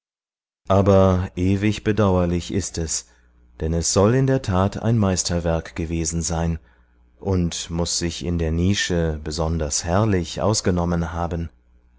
aber ewig bedauerlich ist es denn es soll in der tat ein meisterwerk gewesen sein und muß sich in der nische besonders herrlich ausgenommen haben